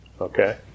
Okay